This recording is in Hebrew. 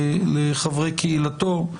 לחברי קהילתו.